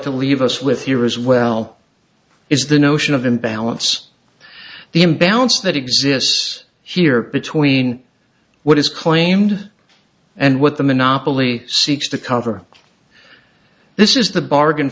to leave us with here as well is the notion of imbalance the imbalance that exists here between what is claimed and what the monopoly seeks to cover this is the bargain